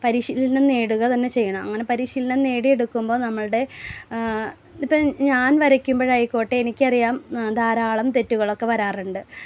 പരിശീലനം നേടുക തന്നെ ചെയ്യണം അങ്ങനെ പരിശീലനം നേടി എടുക്കുമ്പോൾ നമ്മളുടെ ഇപ്പോൾ ഞാൻ വരക്കുമ്പോൾ ആയിക്കോട്ടെ എനിക്ക് അറിയാം ധാരാളം തെറ്റുകളൊക്കെ വരാറുണ്ട്